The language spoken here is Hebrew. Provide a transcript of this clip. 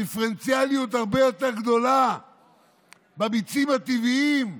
דיפרנציאליות הרבה יותר גדולה במיצים הטבעיים.